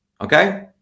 Okay